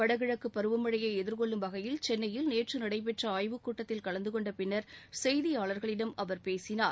வடகிழக்கு பருவ மழையை எதிர்கொள்ளும் வகையில் சென்னையில் நேற்று நடைபெற்ற ஆய்வுக் கூட்டத்தில் கலந்து கொண்ட பின்னர் செய்தியாளர்களிடம் அவர் பேசினார்